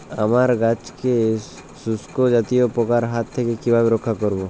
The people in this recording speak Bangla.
আমার গাছকে শঙ্কু জাতীয় পোকার হাত থেকে কিভাবে রক্ষা করব?